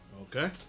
okay